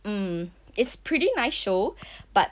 mm it's a pretty nice show but